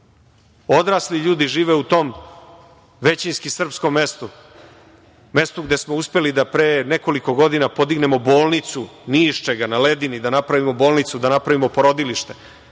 odrasli ljudi. Žive u tom većinski srpskom mestu, mestu gde smo uspeli da pre nekoliko godina podignemo bolnicu ni iz čega, na ledini, da napravimo bolnicu, da napravimo porodilište.